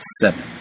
seven